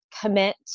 commit